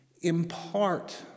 impart